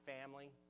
family